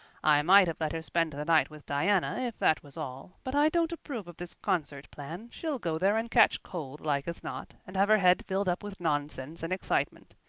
i might have let her spend the night with diana, if that was all. but i don't approve of this concert plan. she'd go there and catch cold like as not, and have her head filled up with nonsense and excitement.